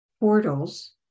portals